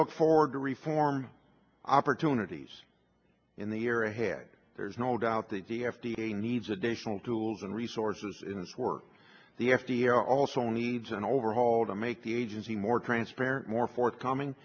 look forward to reform opportunities in the year ahead there's no doubt that the f d a needs additional tools and resources in this work the f d r also needs an overhaul to make the agency more transparent more forthcoming